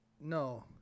No